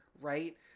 right